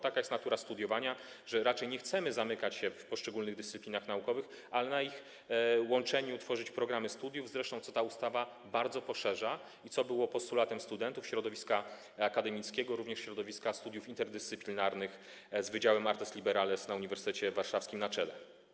Taka jest natura studiowania, że raczej nie chcemy zamykać się w poszczególnych dyscyplinach naukowych, ale na ich łączeniu tworzyć programy studiów, co zresztą ta ustawa bardzo poszerza i co było postulatem studentów, środowiska akademickiego, również środowiska studiów interdyscyplinarnych, z Wydziałem Artes Liberales na Uniwersytecie Warszawskim na czele.